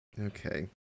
Okay